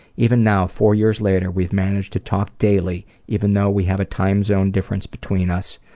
even now, four years later, we've managed to talk daily even though we have a time zone difference between us,